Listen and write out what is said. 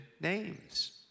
names